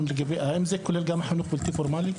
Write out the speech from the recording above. האם זה כולל גם חינוך בלתי פורמלי?